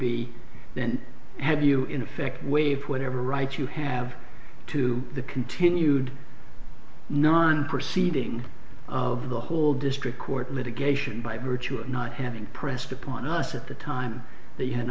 be then have you in effect waived whatever rights you have to the continued non proceeding of the whole district court litigation by virtue of not having pressed upon us at the time that you had an